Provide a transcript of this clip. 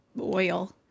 oil